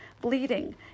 bleeding